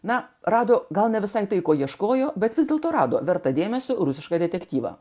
na rado gal ne visai tai ko ieškojo bet vis dėlto rado vertą dėmesio rusišką detektyvą